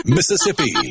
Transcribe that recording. Mississippi